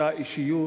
לאותה אישיות.